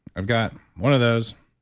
i've got one of those.